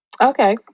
Okay